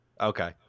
Okay